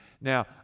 Now